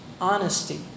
honesty